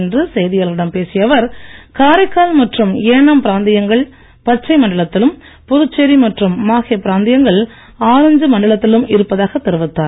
இன்று செய்தியாளர்களிடம் பேசிய அவர் காரைக்கால் மற்றும் ஏனாம் பிராந்தியங்கள் பச்சை மண்டலத்திலும் புதுச்சேரி மற்றும் மாஹே பிராந்தியங்கள் ஆரஞ்ச் மண்டத்திலும் இருப்பதாகத் தெரிவித்தார்